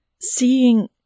seeing